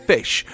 Fish